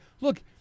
Look